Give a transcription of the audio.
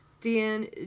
Dan